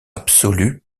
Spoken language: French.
absolue